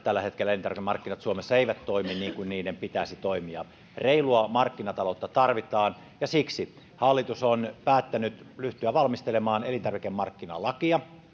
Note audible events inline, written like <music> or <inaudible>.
<unintelligible> tällä hetkellä suomessa eivät toimi niin kuin niiden pitäisi toimia reilua markkinataloutta tarvitaan ja siksi hallitus on päättänyt ryhtyä valmistelemaan elintarvikemarkkinalakia